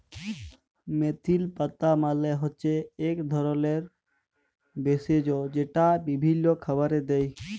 মেথির পাতা মালে হচ্যে এক ধরলের ভেষজ যেইটা বিভিল্য খাবারে দেয়